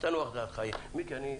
תנוח דעתך ידידי.